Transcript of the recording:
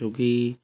छोकी